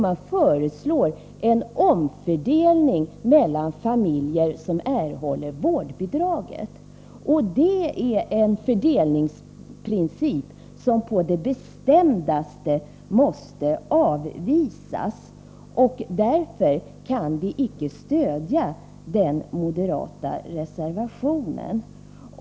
Man föreslår en omfördelning mellan familjer som erhåller vårdbidrag. Det är en fördelningsprincip som på det bestämdaste måste avvisas, och därför kan vi icke stödja den moderata reservationen.